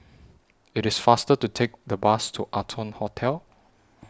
IT IS faster to Take The Bus to Arton Hotel